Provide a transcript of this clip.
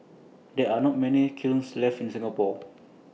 there are not many kilns left in Singapore